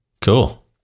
Cool